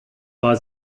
war